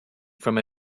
from